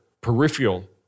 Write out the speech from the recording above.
peripheral